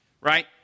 Right